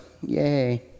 Yay